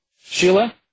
Sheila